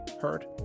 Heard